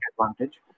advantage